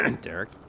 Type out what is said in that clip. Derek